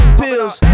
pills